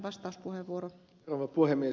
arvoisa rouva puhemies